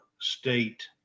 state